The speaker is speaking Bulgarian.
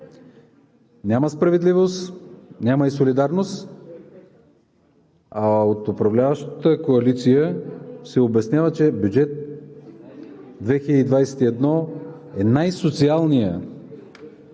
Няма справедливост. Няма и солидарност. А от управляващата коалиция се обяснява, че бюджет 2021 е най-социалният